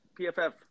PFF